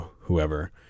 whoever